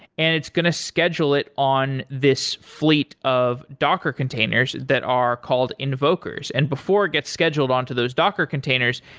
and it's going to schedule it on this fleet of docker containers that are called invokers and before it gets scheduled on to those docker containers,